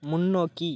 முன்னோக்கி